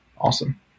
awesome